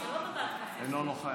אינו נוכח,